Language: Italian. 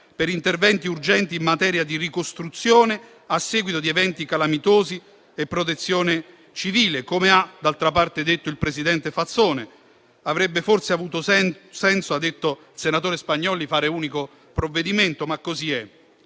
interventi urgenti in materia di ricostruzione a seguito di eventi calamitosi e di protezione civile, come d'altra parte ha detto il presidente Fazzone. Avrebbe forse avuto senso, come ha detto il senatore Spagnolli, fare un unico provvedimento, ma così è.